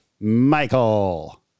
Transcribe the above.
Michael